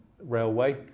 Railway